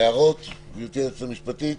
הערות גברתי היועצת המשפטית?